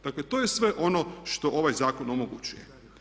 Dakle, to je sve ono što ovaj zakon omogućuje.